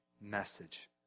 message